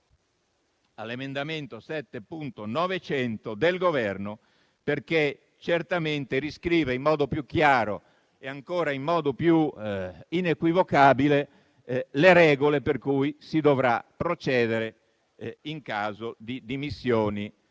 all'emendamento 7.900 del Governo, perché certamente riscrive in modo più chiaro e ancora più inequivocabile le regole con cui si dovrà procedere in caso di dimissioni,